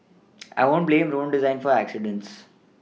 I wouldn't blame road design for accidents